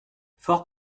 fort